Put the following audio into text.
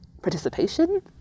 participation